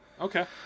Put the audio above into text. Okay